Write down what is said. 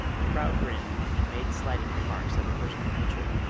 the crowd grinned and made slighting remarks of a personal nature,